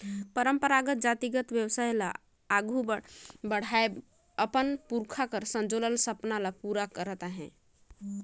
परंपरागत जातिगत बेवसाय ल आघु बढ़ावत अपन पुरखा कर संजोल सपना ल पूरा करत अहे